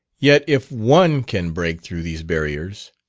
yet if one can break through these barriers,